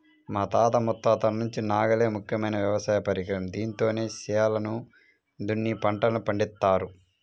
మా తాత ముత్తాతల నుంచి నాగలే ముఖ్యమైన వ్యవసాయ పరికరం, దీంతోనే చేలను దున్ని పంటల్ని పండిత్తారు